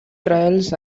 trials